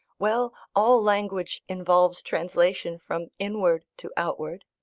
well! all language involves translation from inward to outward.